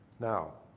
now